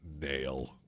nail